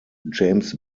james